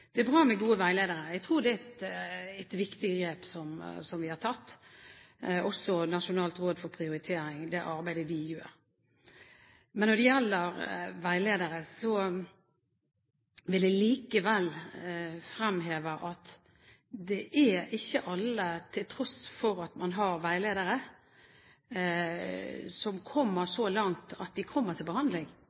Det er bra med gode veiledere. Jeg tror det er et viktig grep som vi har tatt, også når det gjelder Nasjonalt råd for kvalitet og prioritering i helsetjenesten og det arbeidet de gjør. Men når det gjelder veiledere, vil jeg likevel fremheve at det er ikke alle, til tross for at man har veiledere, som kommer så langt at de kommer til behandling,